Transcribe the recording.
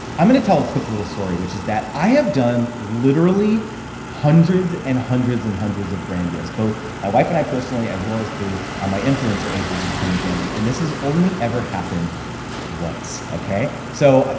i'm gonna tell a quick little story, which is that i have done literally hundreds and hundreds and hundreds of brand deals, both my wife and i personally, as well as through um my influencer agency training family. and this is only ever happened once, okay? so, so,